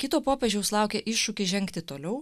kito popiežiaus laukia iššūkis žengti toliau